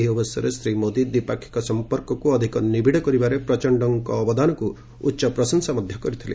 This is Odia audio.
ଏହି ଅବସରରେ ଶ୍ରୀ ମୋଦି ଦ୍ୱିପାକ୍ଷିକ ସମ୍ପର୍କକୁ ଅଧିକ ନିବିଡ଼ କରିବାରେ ପ୍ରଚଶ୍ଚଙ୍କ ଅବଦାନକୁ ଉଚ୍ଚ ପ୍ରଶଂସା କରିଥିଲେ